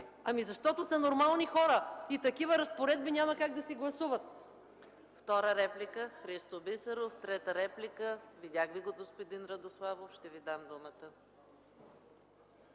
Ами, защото са нормални хора и такива разпоредби няма как да си гласуват.